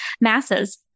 masses